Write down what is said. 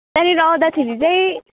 यहाँनिर आउँदाखेरि चाहिँ